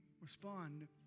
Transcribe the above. respond